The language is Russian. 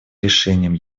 решением